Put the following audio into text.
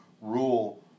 rule